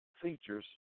Features